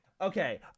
Okay